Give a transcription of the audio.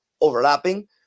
overlapping